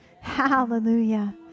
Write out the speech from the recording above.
hallelujah